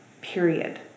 period